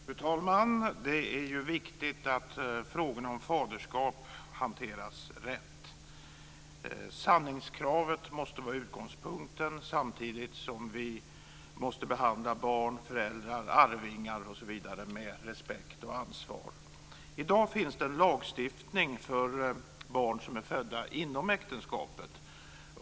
Fru talman! Det är viktigt att frågorna om faderskap hanteras rätt. Sanningskravet måste vara utgångspunkten, samtidigt som vi måste behandla barn, föräldrar och arvingar med respekt och ansvar. I dag finns det en lagstiftning för barn som är födda inom äktenskapet.